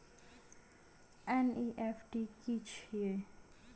NEFT की छीयै?